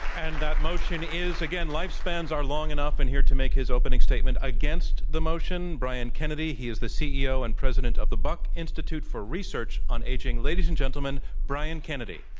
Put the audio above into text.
and that motion is again, lifespans are long enough. and here to make his opening statement against the motion, brian kennedy. he is the ceo and president of the buck institute for research on aging. ladies and gentlemen, brian kennedy.